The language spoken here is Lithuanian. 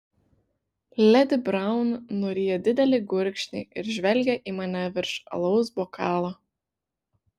ledi braun nuryja didelį gurkšnį ir žvelgia į mane virš alaus bokalo